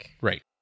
Right